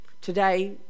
Today